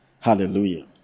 Hallelujah